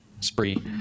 spree